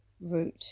route